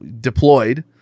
deployed